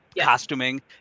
costuming